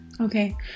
Okay